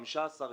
15,